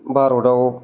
भारताव